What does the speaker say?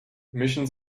mischen